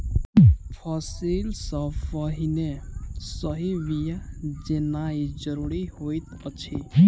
फसिल सॅ पहिने सही बिया लेनाइ ज़रूरी होइत अछि